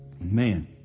Man